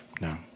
No